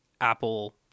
Apple